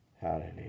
Hallelujah